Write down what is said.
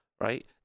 right